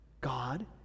God